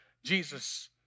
Jesus